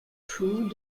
floues